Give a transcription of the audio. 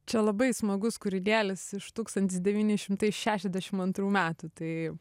čia labai smagus kūrinėlis iš tūkstantis devyni šimtai šešiasdešim antrų metų tai